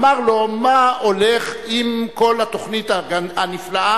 אמר לו: מה הולך עם כל התוכנית הנפלאה